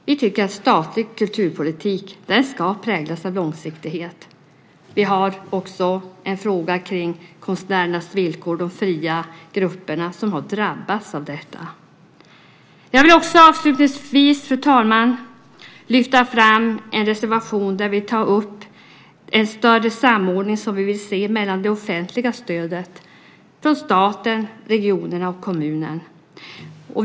Vi tycker att den statliga kulturpolitiken ska präglas av långsiktighet. Vi har också en fråga kring konstnärernas villkor, alltså de fria grupper som drabbats av detta. Avslutningsvis vill jag, fru talman, lyfta fram en reservation där vi tar upp behovet av större samordning mellan de offentliga stöden från staten, regionerna och kommunerna.